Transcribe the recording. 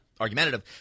argumentative